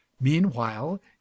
Meanwhile